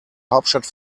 hauptstadt